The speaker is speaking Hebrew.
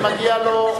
כי מגיע לו,